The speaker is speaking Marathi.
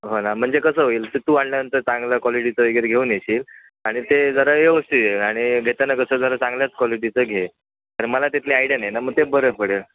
हो ना म्हणजे कसं होईल ते तू आणल्यानंतर चांगला कॉलिटीचं वगैरे घेऊन येशील आणि ते जरा व्यवस्थित येईल आणि घेताना कसं जरा चांगल्याच कॉलिटीचं घे कारण मला त्यातली आयडिया नाही ना मग ते बरं पडेल